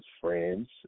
friends